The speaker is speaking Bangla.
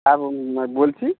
হ্যাঁ বলছি